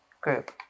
group